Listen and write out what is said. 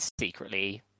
Secretly